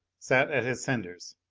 sat at his senders.